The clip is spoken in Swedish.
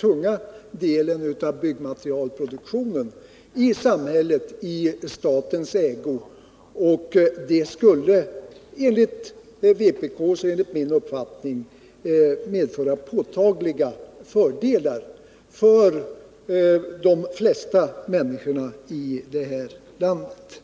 tunga delen av byggmaterialproduktionen i statens ägo, och det skulle enligt min och enligt vpk:s uppfattning medföra påtagliga fördelar för de flesta människorna i det här landet.